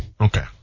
Okay